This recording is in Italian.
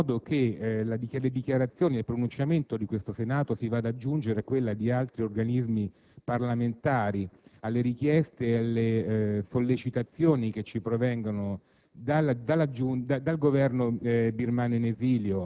colmiamo anche un ritardo e faremo in modo che le dichiarazioni ed il pronunciamento del Senato si vadano ad aggiungere a quello di altri organismi parlamentari, alle richieste ed alle sollecitazioni che ci provengono